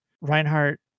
Reinhardt